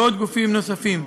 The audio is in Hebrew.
וגופים נוספים.